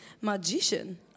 Magician